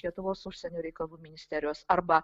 lietuvos užsienio reikalų ministerijos arba